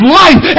life